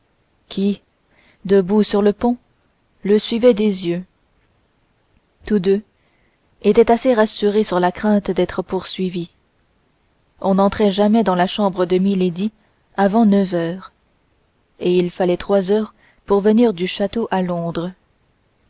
qui debout sur le pont le suivait des yeux tous deux étaient assez rassurés sur la crainte d'être poursuivis on n'entrait jamais dans la chambre de milady avant neuf heures et il fallait trois heures pour venir du château à londres